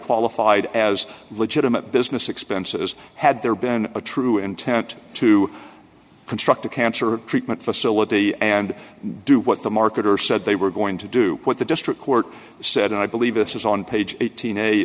qualified as legitimate business expenses had there been a true intent to construct a cancer treatment facility and do what the marketer said they were going to do what the district court said and i believe it says on page eighteen a